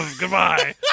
Goodbye